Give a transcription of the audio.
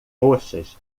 roxas